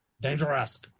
Dangerous